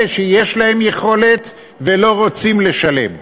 אלה שיש להם יכולת ולא רוצים לשלם.